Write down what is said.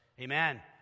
Amen